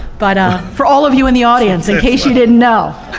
but for all of you in the audience, in case you didn't know,